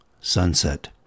Sunset